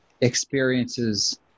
experiences